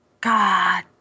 God